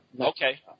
Okay